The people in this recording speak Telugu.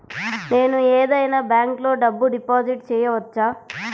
నేను ఏదైనా బ్యాంక్లో డబ్బు డిపాజిట్ చేయవచ్చా?